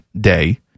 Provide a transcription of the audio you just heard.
day